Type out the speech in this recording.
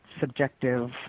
subjective